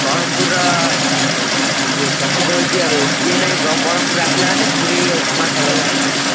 ବରହମପୁରର ଇଏ ପ୍ରସିଦ୍ଧ ହେଉଛି ବରହମପୁରର ଯିଏ ନାଇଁ ବରହମପୁରରୁ ଆସିଲା ମାନେ ପୁରୀ ଉପମା ଖାଇବାକୁ ଭଲପାଆନ୍ତି